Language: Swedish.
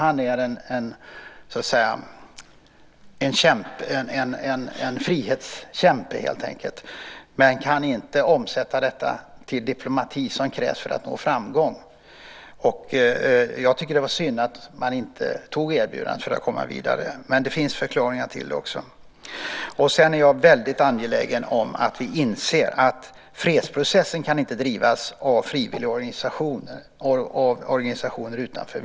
Han är en frihetskämpe helt enkelt men kan inte omsätta detta till sådan diplomati som krävs för att nå framgång. Jag tycker att det var synd att man inte antog erbjudandet för att komma vidare. Men det finns förklaringar till det också. Sedan är jag väldigt angelägen om att vi inser att fredsprocessen inte kan drivas av frivilligorganisationer och organisationer utanför.